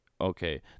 Okay